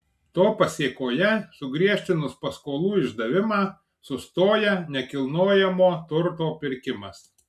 to pasėkoje sugriežtinus paskolų išdavimą sustoja nekilnojamo turto pirkimas